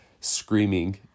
screaming